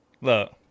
Look